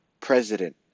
president